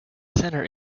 centre